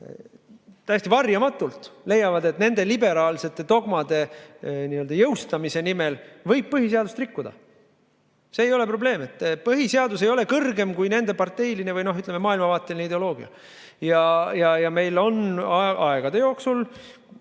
täiesti varjamatult leiavad, et nende liberaalsete dogmade jõustamise nimel võib põhiseadust rikkuda. See ei ole probleem, põhiseadus ei ole kõrgem kui nende parteiline, või ütleme, maailmavaateline ideoloogia. Meil on aegade jooksul